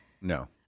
No